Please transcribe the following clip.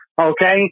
Okay